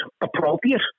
appropriate